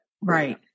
Right